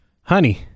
Honey